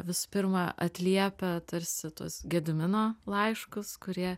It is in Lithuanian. visų pirma atliepia tarsi tuos gedimino laiškus kurie